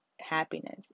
happiness